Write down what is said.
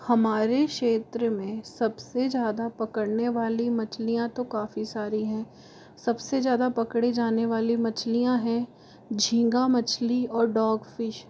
हमारे क्षेत्र में सबसे ज़्यादा पकड़ने वाली मछलियाँ तो काफ़ी सारी हैं सबसे ज़्यादा पकड़ी जाने वाली मछलियाँ है झींगा मछली और डॉग फिश